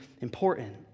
important